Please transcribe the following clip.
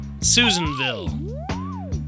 Susanville